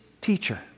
teacher